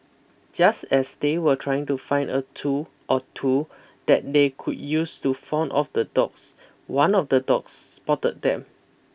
just as they were trying to find a tool or two that they could use to fend off the dogs one of the dogs spotted them